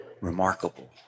Remarkable